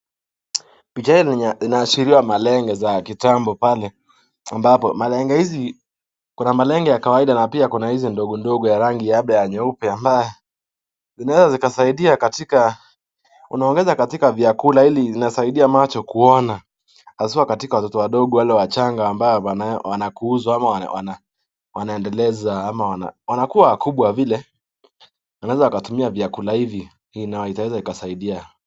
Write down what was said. Picha hii inaashiriwa malenge za kitambo pale ambapo malenge hizi kuna malenge ya kawaida na pia kuna hizi ndogo ndogo ya rangi labda ya nyeupe ambaye inaweza zikasaidia katika unaongeza katika vyakula ili inasaidia macho kuona haswa katika watoto wadogo wale wachanga ambao wanakuuzwa ama wanaendeleza ama wanakuwa wakubwa vile wanaweza wakatumia vyakula hivi na itaweza ikasaidia.